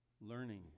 Learning